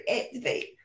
activate